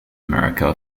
america